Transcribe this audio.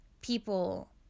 people